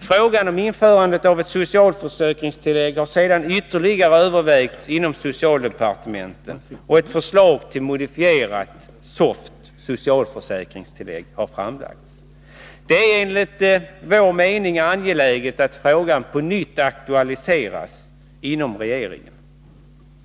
Frågan om införandet av ett socialförsäkringstillägg — SOFT — har sedan ytterligare övervägts inom socialdepartementet, och ett förslag till modifierat SOFT har framlagts. Det är enligt vår mening angeläget att frågan på nytt aktualiseras inom regeringen.